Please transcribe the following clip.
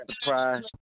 surprise